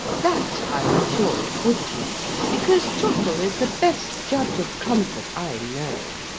that, i was sure it would be because trottle is the best judge of comfort i know.